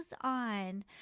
on